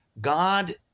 god